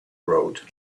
road